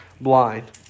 blind